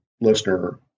listener